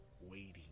waiting